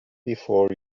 before